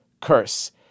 Curse